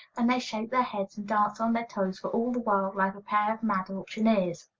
and they shake their hands and dance on their toes, for all the world like a pair of mad auctioneers.